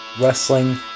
Wrestling